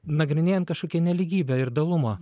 nagrinėjant kažkokią nelygybę ir dalumą